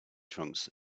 trunks